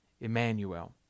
Emmanuel